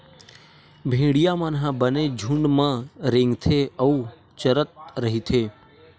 भेड़िया मन ह बने झूंड म रेंगथे अउ चरत रहिथे